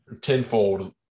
tenfold